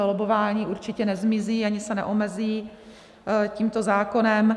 Lobbování určitě nezmizí ani se neomezí tímto zákonem.